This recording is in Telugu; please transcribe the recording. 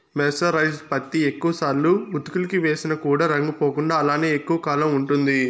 మెర్సరైజ్డ్ పత్తి ఎక్కువ సార్లు ఉతుకులకి వేసిన కూడా రంగు పోకుండా అలానే ఎక్కువ కాలం ఉంటుంది